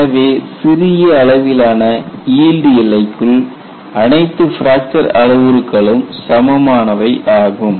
எனவே சிறிய அளவிலான ஈல்டு எல்லைக்குள் அனைத்து பிராக்சர் அளவுருக்களும் சமமானவை ஆகும்